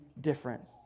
different